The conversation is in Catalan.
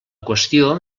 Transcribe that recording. qüestió